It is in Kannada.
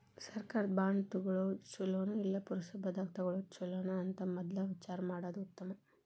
ಸರ್ಕಾರದ ಬಾಂಡ ತುಗೊಳುದ ಚುಲೊನೊ, ಇಲ್ಲಾ ಪುರಸಭಾದಾಗ ತಗೊಳೊದ ಚುಲೊನೊ ಅಂತ ಮದ್ಲ ವಿಚಾರಾ ಮಾಡುದ ಉತ್ತಮಾ